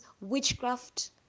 witchcraft